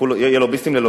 יהיו לוביסטים ללוביסטים?